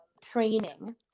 training